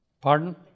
Pardon